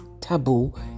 taboo